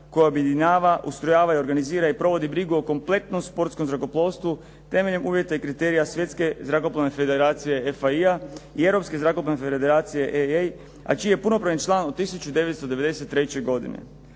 koja objedinjava, ustrojava i organizira i provodi brigu o kompletnom sportskom zrakoplovstvu temeljem uvjeta i kriterija Svjetske zrakoplovne federacija FIE-a i Europske zrakoplovne federacije ... /Govornik se ne razumije./ ..., a čiji je punopravni član od 1993. godine.